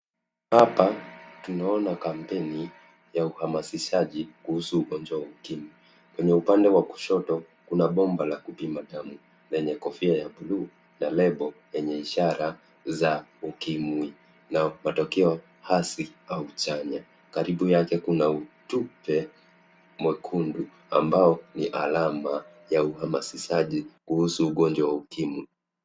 Hapa tunaona kampeni ya uhamasishaji kuhusu ugonjwa wa ukimwi. Kwenye upande wa kushoto kuna bomba la kupima damu lenye kofia ya blue na lebo yenye ishara za ukimwi na matokeo hasi au chanya. Karibu yake kuna utepe mwekundu ambao ni alama ya uhamasishaji kuhusu ugonjwa wa ukimwi.